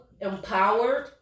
empowered